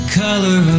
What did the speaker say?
color